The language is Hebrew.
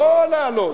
לא לעלות,